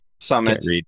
summit